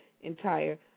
entire